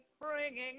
bringing